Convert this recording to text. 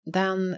den